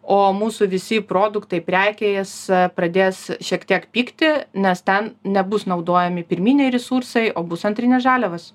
o mūsų visi produktai prekės pradės šiek tiek pigti nes ten nebus naudojami pirminiai resursai o bus antrinės žaliavos